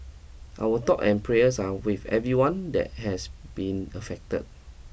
our thought and prayers are with everyone that has been affected